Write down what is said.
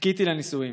חיכיתי לנישואים.